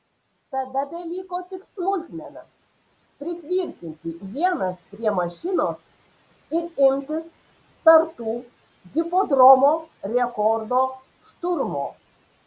tada beliko tik smulkmena pritvirtinti ienas prie mašinos ir imtis sartų hipodromo rekordo šturmo